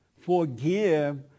Forgive